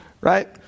Right